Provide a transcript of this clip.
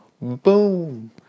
Boom